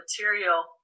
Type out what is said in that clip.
material